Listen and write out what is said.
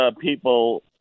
people